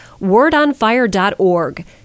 Wordonfire.org